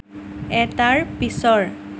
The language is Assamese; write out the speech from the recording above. এটাৰ পিছৰ